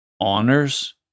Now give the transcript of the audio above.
honors